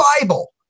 Bible